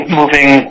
moving